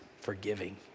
forgiving